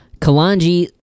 Kalanji